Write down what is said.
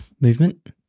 movement